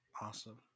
Awesome